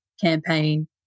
campaign